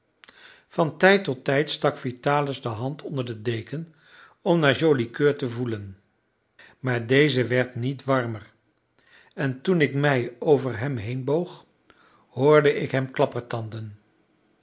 van tijd tot tijd stak vitalis de hand onder den deken om naar joli coeur te voelen maar deze werd niet warmer en toen ik mij over hem heenboog hoorde ik hem